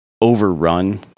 overrun